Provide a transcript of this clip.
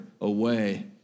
away